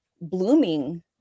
blooming